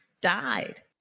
died